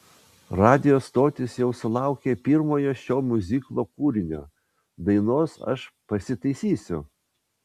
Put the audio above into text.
radijo stotys jau sulaukė pirmojo šio miuziklo kūrinio dainos aš pasitaisysiu